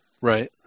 Right